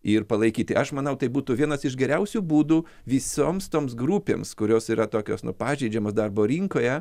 ir palaikyti aš manau tai būtų vienas iš geriausių būdų visoms toms grupėms kurios yra tokios nu pažeidžiamos darbo rinkoje